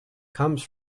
comes